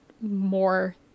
more